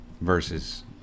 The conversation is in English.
versus